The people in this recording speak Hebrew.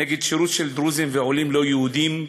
נגד שירות של דרוזים ועולים לא-יהודים,